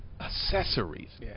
accessories